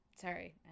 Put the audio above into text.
Sorry